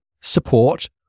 support